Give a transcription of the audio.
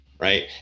Right